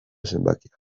zenbakia